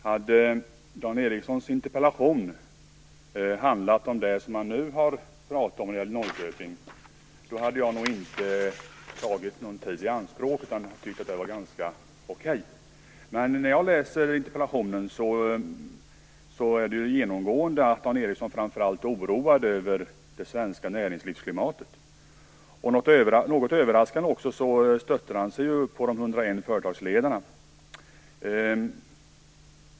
Herr talman! Om Dan Ericssons interpellation hade handlat om det som han nu talade om när det gäller Norrköping hade jag nog inte tagit någon tid i anspråk utan tyckt att det var ganska okej. Men i interpellationen är Dan Ericsson genomgående oroad framför allt över det svenska näringslivsklimatet. Något överraskande stöttar han sig på de 101 företagsledarna.